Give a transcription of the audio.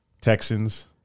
Texans